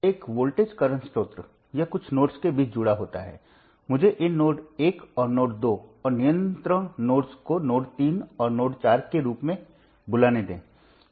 एक voltage current स्रोत यह कुछ नोड्स के बीच जुड़ा होता है मुझे इन नोड 1 और नोड 2 और नियंत्रण नोड्स को नोड 3 और नोड 4 के रूप में बुलाने दें